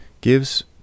gives